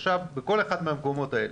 עכשיו, בכל אחד מהמקומות האלה,